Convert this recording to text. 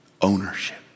Ownership